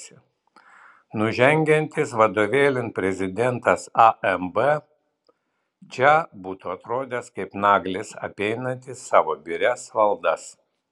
nužengiantis vadovėlin prezidentas amb čia būtų atrodęs kaip naglis apeinantis savo birias valdas